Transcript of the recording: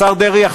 השר דרעי,